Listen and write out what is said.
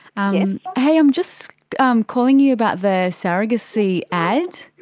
and hey i'm just um calling you about the surrogacy ad.